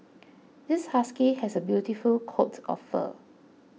this husky has a beautiful coat of fur